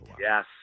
yes